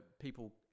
people